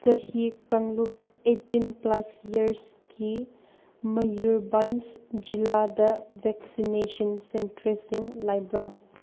ꯆꯍꯤ ꯀꯥꯡꯂꯨꯞ eighteen plus ꯏꯌꯥꯔꯁꯀꯤ ꯃꯌꯨꯔꯕꯟꯁ ꯖꯤꯜꯂꯥꯗ ꯕꯦꯛꯁꯤꯅꯦꯁꯟ ꯁꯦꯟꯇꯔꯁꯤꯡ ꯂꯩꯕ꯭ꯔꯥ